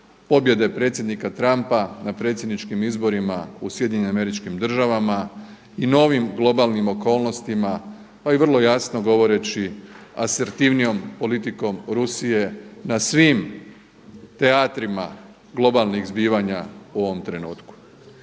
pobjede predsjednika Trumpa na predsjedničkim izborima u SAD-u i novim globalnim okolnostima pa i vrlo jasno govoreći asertivnijom politikom Rusije na svim teatrima globalnih zbivanja u ovom trenutku.